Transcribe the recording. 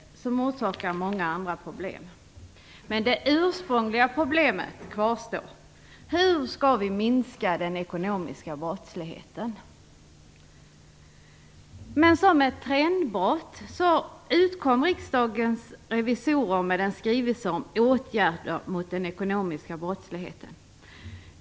Detta orsakar många andra problem. Det ursprungliga problemet kvarstår: Som ett trendbrott utkom Riksdagens revisorer med en skrivelse om åtgärder mot den ekonomiska brottsligheten.